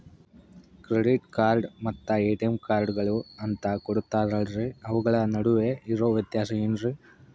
Credit card ಮತ್ತ ATM ಕಾರ್ಡುಗಳು ಅಂತಾ ಕೊಡುತ್ತಾರಲ್ರಿ ಅವುಗಳ ನಡುವೆ ಇರೋ ವ್ಯತ್ಯಾಸ ಏನ್ರಿ?